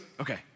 okay